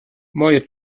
moje